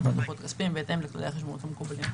הדוחות הכספיים בהתאם לפקודת החשבונות המקובלים.